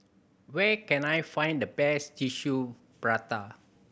where can I find the best Tissue Prata